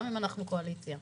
גם אם אנחנו קואליציה.